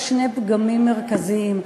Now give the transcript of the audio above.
או שני פגמים מרכזיים.